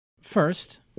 First